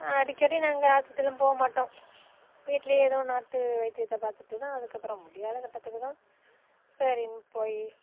அடிக்கடி நாங்கள் ஹாஸ்பிட்டலும் போக மாட்டோம் வீட்லயே எதுவும் நாட்டு வைத்தியத்தை பார்த்துட்டு தான் அதுக்கப்புறம் முடியாத கட்டத்துக்கு தான் சரின்னு போய்